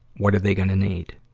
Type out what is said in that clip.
what are they gonna need?